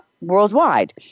worldwide